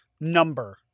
number